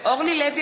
אורלי לוי